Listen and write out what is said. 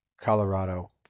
Colorado